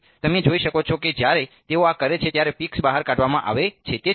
તેથી તમે જોઈ શકો છો કે જ્યારે તેઓ આ કરે છે ત્યારે પીક્સ બહાર કાઢવામાં આવે છે